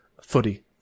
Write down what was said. Footy